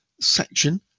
section